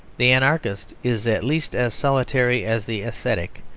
the anarchist is at least as solitary as the ascetic.